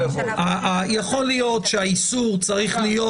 יכול להיות שהאיסור צריך להיות